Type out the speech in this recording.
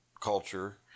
culture